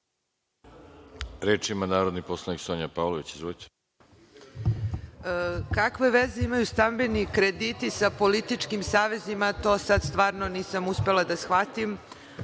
Reč ima narodni poslanik Sonja Pavlović. Izvolite. **Sonja Pavlović** Kakve veze imaju stambeni krediti sa političkim savezima, to sad stvarno nisam uspela da shvatim,